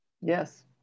Yes